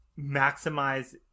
maximize